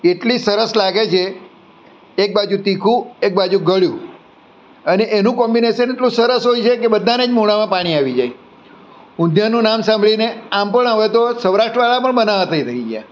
એટલી સરસ લાગે છે એક બાજું તીખું એક બાજું ગળ્યું અને એનું કોમ્બિનેશન એટલું સરસ હોય છે કે બધાને જ મોઢામાં પાણી આવી જાય ઊંધિયાનું નામ સાંભળીને આમ પણ હવે તો સૌરાષ્ટ્રવાળા પણ બનાવવા તે થઈ ગયા